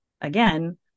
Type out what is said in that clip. Again